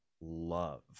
love